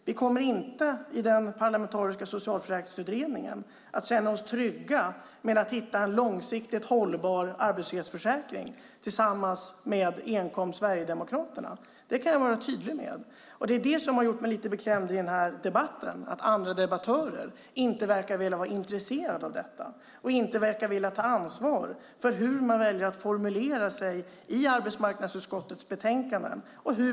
Vi kommer inte att känna oss trygga i den parlamentariska socialförsäkringsutredningen med att hitta en långsiktigt hållbar arbetslöshetsförsäkring tillsammans med enbart Sverigedemokraterna. Det kan jag vara tydlig med. Det som har gjort mig beklämd i den här debatten är att andra debattörer inte verkar vara intresserade av detta. Man verkar inte vilja ta ansvar för hur man formulerar sig i arbetsmarknadsutskottets betänkanden.